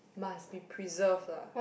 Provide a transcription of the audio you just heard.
must be preserved ah